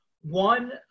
One